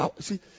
See